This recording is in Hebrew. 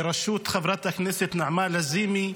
בראשות חברת הכנסת נעמה לזימי.